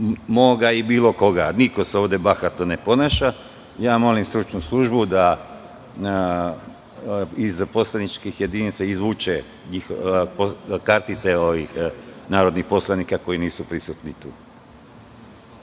ili bilo koga. Niko se ovde bahato ne ponaša. Molim stručnu službu da iz poslaničkih jedinica izvuče kartice narodnih poslanika koji nisu prisutni. Reč